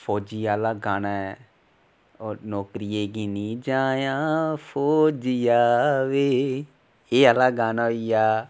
फौजी आहला गाना ओह् नोकरियें गी नेईं जायां ओ फौजिया बै एह् आहला गाना होई गेआ